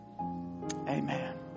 Amen